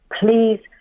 please